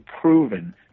proven